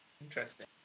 Interesting